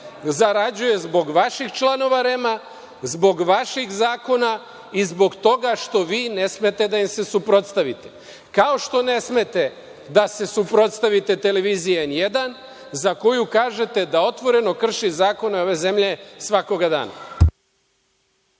zarađuje zbog vaših članova REM-a, zbog vaših zakona i zbog toga što vi ne smete da im se suprotstavite, kao što ne smete da se suprotstavite televiziji N1, za koju kažete da otvoreno krši zakone ove zemlje svakoga dana.